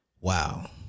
Wow